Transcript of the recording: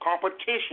competition